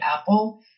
Apple